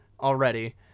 already